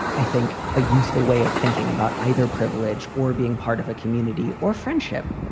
i think, a useful way of thinking about either privilege or being part of a community or friendship.